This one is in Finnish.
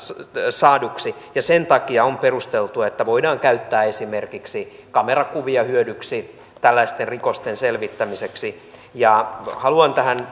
saaduksi sen takia on perusteltua että voidaan käyttää esimerkiksi kamerakuvia hyödyksi tällaisten rikosten selvittämiseksi haluan tähän